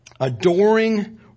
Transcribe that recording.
Adoring